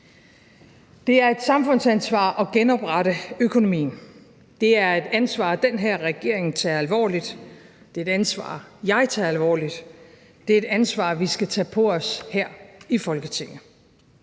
Det er et samfundsansvar at genoprette økonomien. Det er et ansvar, den her regering tager alvorligt. Det er et ansvar, jeg tager alvorligt. Det er et ansvar, vi skal tage på os her i Folketinget.